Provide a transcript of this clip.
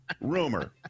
rumor